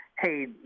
hey